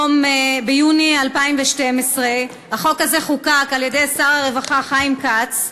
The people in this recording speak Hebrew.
ביוני 2012. החוק הזה חוקק על-ידי שר הרווחה חיים כץ,